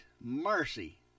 Mercy